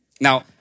Now